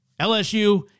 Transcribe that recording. LSU